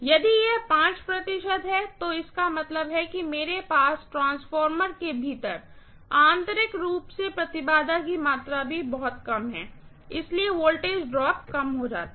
यदि यह 5 प्रतिशत है तो इसका मतलब है कि मेरे पास ट्रांसफार्मर के भीतर आंतरिक रूप सेइम्पीडेन्स की मात्रा भी कम है इसलिए वोल्टेज ड्रॉप कम हो जाता है